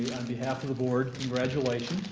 on behalf of the board congratulations.